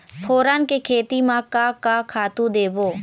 फोरन के खेती म का का खातू देबो?